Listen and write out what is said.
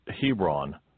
Hebron